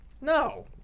No